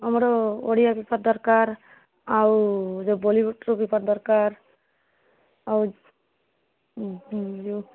ଆମର ଓଡ଼ିଆ ପେପର୍ ଦରକାର ଆଉ ଯେଉଁ ବଲିଉଡ଼ର ପେପର୍ ଦରକାର ଆଉ ଯେଉଁ